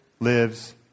lives